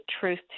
truth